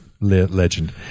legend